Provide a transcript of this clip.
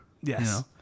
Yes